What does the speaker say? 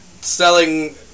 selling